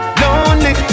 lonely